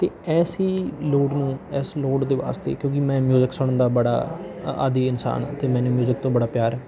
ਅਤੇ ਐਸੀ ਲੋੜ ਨੂੰ ਐਸ ਲੋੜ ਦੇ ਵਾਸਤੇ ਕਿਉਂਕਿ ਮੈਂ ਮਿਊਜ਼ਿਕ ਸੁਣਨ ਦਾ ਬੜਾ ਆਦੀ ਇਨਸਾਨ ਹਾਂ ਅਤੇ ਮੈਨੂੰ ਮਿਊਜ਼ਿਕ ਤੋਂ ਬੜਾ ਪਿਆਰ ਆ